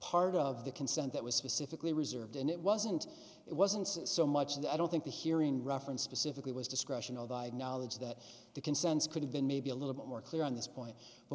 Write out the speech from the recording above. part of the consent that was specifically reserved and it wasn't it wasn't so much that i don't think the hearing reference specifically was discretional the knowledge that the consents could have been maybe a little bit more clear on this point but